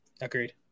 Agreed